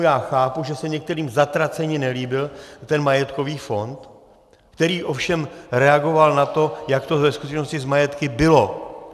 Já chápu, že se některým zatraceně nelíbil ten majetkový fond, který ovšem reagoval na to, jak to ve skutečnosti s majetky bylo.